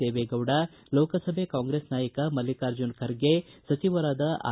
ದೇವೇಗೌಡ ಲೋಕಸಭೆ ಕಾಂಗ್ರೆಸ್ ನಾಯಕ ಮಲ್ಲಿಕಾರ್ಜುನ ಖರ್ಗೆ ಸಚಿವರಾದ ಆರ್